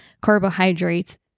carbohydrates